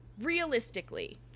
realistically